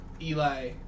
Eli